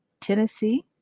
Tennessee